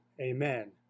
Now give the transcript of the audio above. Amen